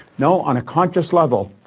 no, on a conscious level,